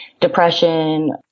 depression